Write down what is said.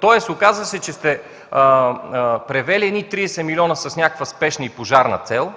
Тоест оказа се, че сте превели едни 30 милиона с някаква спешна, пожарна цел